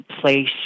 place